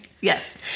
Yes